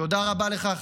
תודה רבה לך,